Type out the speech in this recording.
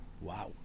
Wow